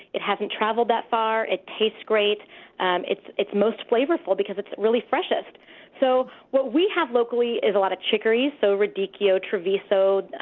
it hasn't traveled that far, it tastes great and it's it's most flavorful because it's really freshest so what we have locally is a lot of chicory, so radicchio treviso,